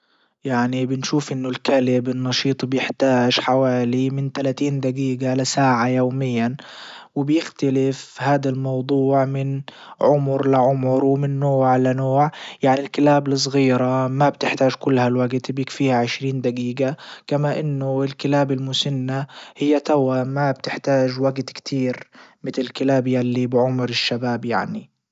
يعني بنشوف انه الكلب النشيط بيحتاج حوالي من تلاتين دجيجة لساعة يوميا وبيختلف هادا الموضوع من عمر لعمر ومن نوع لنوع. يعني الكلاب الصغيرة ما بتحتاج كل هالوجت بيكفيها عشرين دجيجة كما انه الكلاب المسنة هي توا ما بتحتاج وقت كتير متل الكلاب يلي بعمر الشباب يعني